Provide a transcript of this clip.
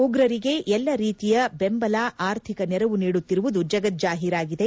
ಉಗ್ರರಿಗೆ ಎಲ್ಲ ರೀತಿಯ ಬೆಂಬಲ ಆರ್ಥಿಕ ನೆರವು ನೀಡುತ್ತಿರುವುದು ಜಗಜ್ಜಾಹೀರಾಗಿದೆ